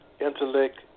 intellect